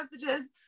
messages